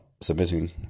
submitting